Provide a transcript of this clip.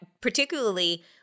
particularly